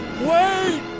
Wait